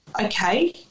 Okay